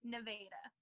Nevada